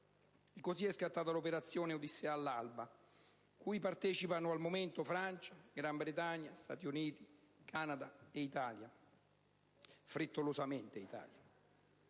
così è scattata l'operazione Odissea all'alba, cui partecipano al momento Francia, Gran Bretagna, Stati Uniti, Canada e, frettolosamente Italia.